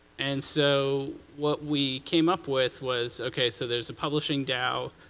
and so what we came up with was, okay, so there's a publishing dao,